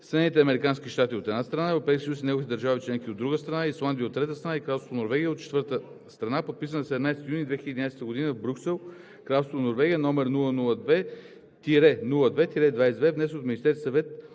Съединените американски щати, от една страна, Европейския съюз и неговите държави членки, от друга страна, Исландия от трета страна, и Кралство Норвегия, от четвърта страна, подписани на 17 юни 2011 г. в Брюксел, Кралство Белгия, № 002-02-22, внесен от Министерския съвет